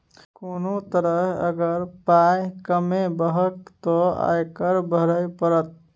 कोनो तरहे अगर पाय कमेबहक तँ आयकर भरइये पड़त